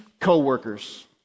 co-workers